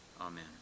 Amen